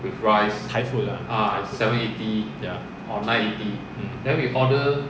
thai food ah mm